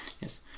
Yes